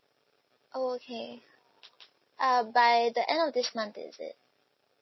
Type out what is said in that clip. oh okay uh by the end of this month is it